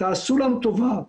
תעשו לנו טובה,